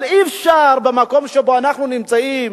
אבל אי-אפשר, במקום שבו אנחנו נמצאים,